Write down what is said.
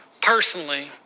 personally